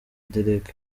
derek